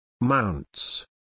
Mounts